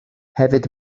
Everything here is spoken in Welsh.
hefyd